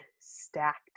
stacked